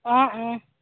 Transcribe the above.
অঁ অঁ